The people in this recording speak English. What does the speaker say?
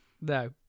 No